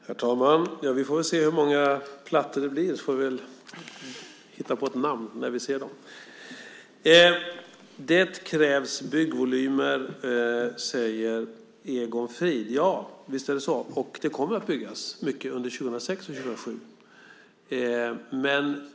Herr talman! Vi får väl se hur många plattor det blir, och vi får väl hitta på ett namn när vi ser dem. Det krävs byggvolymer, säger Egon Frid. Ja, visst är det så, och det kommer att byggas mycket under 2006 och 2007.